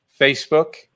Facebook